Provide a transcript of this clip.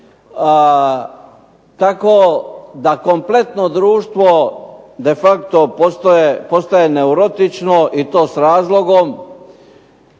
tako da kompletno društvo de facto postaje neurotično i to s razlogom